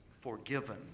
forgiven